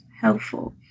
helpful